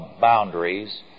boundaries